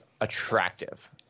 attractive